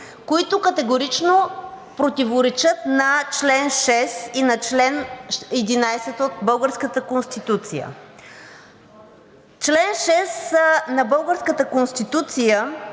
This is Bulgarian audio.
които категорично противоречат на чл. 6 и на чл. 11 от българската Конституция. Чл. 6 на българската Конституция